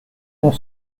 ont